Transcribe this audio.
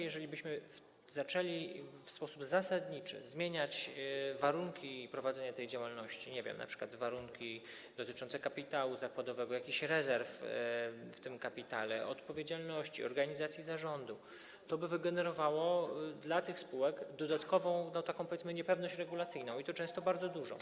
Jeżeli natomiast zaczęlibyśmy w sposób zasadniczy zmieniać warunki prowadzenia tej działalności, np. warunki dotyczące kapitału zakładowego, jakichś rezerw w tym kapitale, odpowiedzialności, organizacji zarządu, to wygenerowałoby to dla tych spółek dodatkową, powiedzmy, niepewność regulacyjną, i to często bardzo dużą.